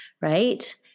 right